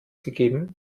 gegeben